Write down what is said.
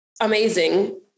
amazing